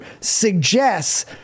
suggests